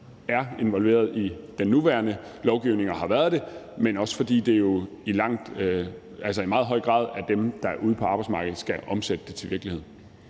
er involverede i den nuværende lovgivning og har været det tidligere, men også fordi det i meget høj grad er dem, der er ude på arbejdsmarkedet, der skal omsætte det til virkelighed.